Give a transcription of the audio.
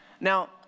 Now